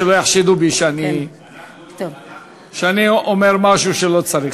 שלא יחשדו בי שאני אומר משהו שלא צריך,